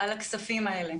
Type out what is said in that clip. על הכספים האלה.